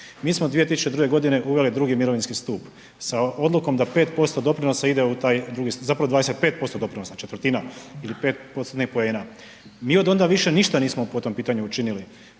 Mi smo 2002. g. uveli II. mirovinski stup, sa odlukom da 5% doprinosa ide u taj, zapravo 25% doprinosa, 1/4 ili 5%-tnih poena. Mi od onda više ništa nismo po tom pitanju učinili,